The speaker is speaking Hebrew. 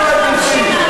יש כמה דילמות.